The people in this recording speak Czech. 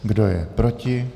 Kdo je proti?